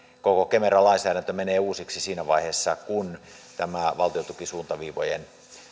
koko kemera lainsäädäntö menee uusiksi siinä vaiheessa kun tämä valtiontukisuuntaviivojen